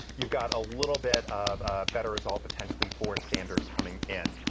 you've got a little bit of better results, potentially for sanders coming in.